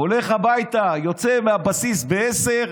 הולך הביתה, יוצא מהבסיס ב-10:00,